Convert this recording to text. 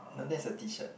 no that's a T-shirt